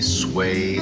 sway